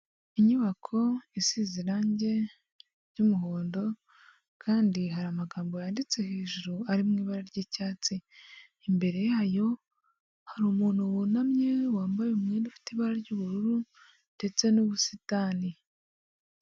Inyubako isize iranei ry'umuhondo kandi hari amagambo yanditse hejuru ari mu ibara ry'icyatsi, imbere yayo hari umuntu wunamye wambaye umwenda ufite ibara ry'ubururu ndetse n'ubusitani.